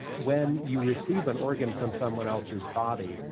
when you receive an organ from someone else's body,